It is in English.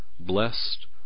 Blessed